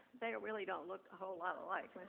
they really don't look a whole lot alike.